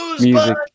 music